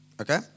Okay